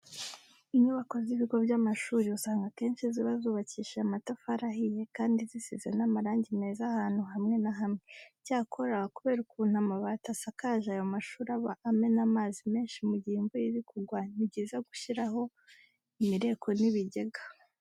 Inyubako z'ibigo by'amashuri usanga akenshi ziba zubakishije amatafari ahiye kandi zisize n'amarangi meza ahantu hamwe na hamwe. Icyakora kubera ukuntu amabati asakaje ayo mashuri aba amena amazi menshi mu gihe imvura iri kugwa, ni byiza gushyiraho imireko n'ibigega.